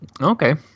Okay